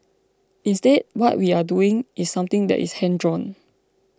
instead what we are doing is something that is hand drawn